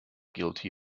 guilty